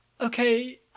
Okay